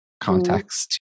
context